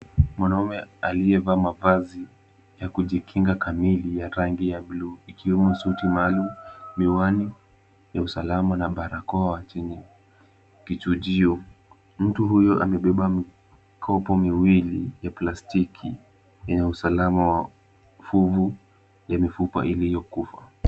Mwanaume aliyevaa mavazi ya kujikinga kamili ya rangi ya bluu ikiwemo suti maalum, miwani ya usalama na barakoa chenye kichujio. Mtu huyo amebeba mikopo miwili ya plastiki yenye usalama wa fuvu ya mifupa iliyokufa.